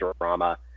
drama